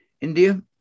India